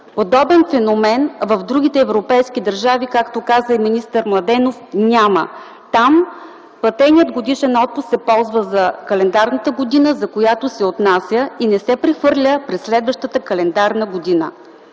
Подобен феномен в другите европейски държави, както каза и министър Младенов, няма. Там платеният годишен отпуск се ползва за календарната година, за която се отнася и не се прехвърля през следващата календарна година.